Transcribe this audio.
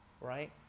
right